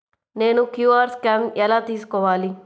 నేను QR scan ఎలా తీసుకోవాలి?